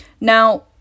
Now